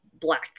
black